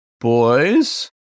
Boys